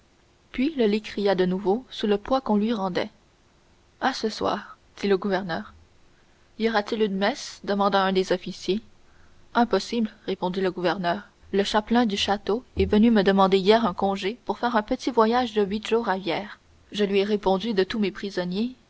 puis le lit cria de nouveau sous le poids qu'on lui rendait à ce soir dit le gouverneur y aura-t-il une messe demanda un des officiers impossible répondit le gouverneur le chapelain du château est venue me demander hier un congé pour faire un petit voyage de huit jours à hyères je lui ai répondu de tous mes prisonniers